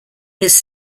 his